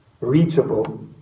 reachable